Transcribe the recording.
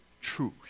truth